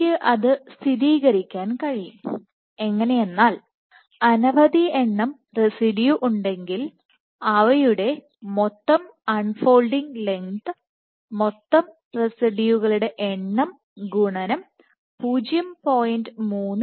എനിക്ക് അത് സ്ഥിരീകരിക്കാൻ കഴിയുംഎങ്ങനെയെന്നാൽ അനവധി എണ്ണം റെസിഡ്യൂ ഉണ്ടെങ്കിൽ അവയുടെ മൊത്തം അൺ ഫോൾഡിങ് ലെങ്ത് മൊത്തം റെസിഡിയു കളുടെ എണ്ണം ഗുണനം0